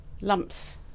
lumps